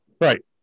Right